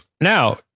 Now